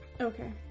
okay